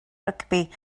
rygbi